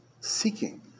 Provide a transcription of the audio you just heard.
seeking